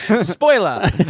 Spoiler